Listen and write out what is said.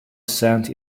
cent